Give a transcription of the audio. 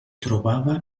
trobava